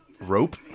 rope